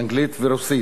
אנגלית ורוסית.